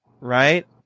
right